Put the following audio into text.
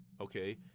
Okay